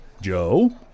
Joe